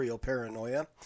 paranoia